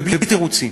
ובלי תירוצים.